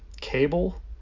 cable